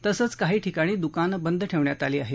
तसंच काही ठिकाणी दुकानं बंद ठेवण्यात आली आहेत